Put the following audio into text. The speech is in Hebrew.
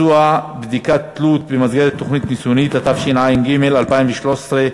התשע"ג 2013,